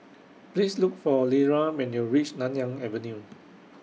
Please Look For Lera when YOU REACH Nanyang Avenue